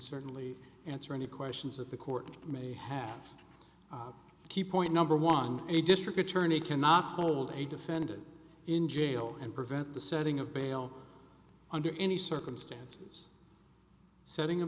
certainly answer any questions of the court may have a key point number one a district attorney cannot hold a defendant in jail and prevent the setting of bail under any circumstances setting a